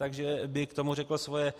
Takže by k tomu řekl svoje.